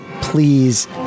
please